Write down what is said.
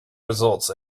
results